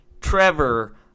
Trevor